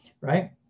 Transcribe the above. right